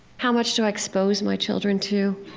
how much do i expose my children to?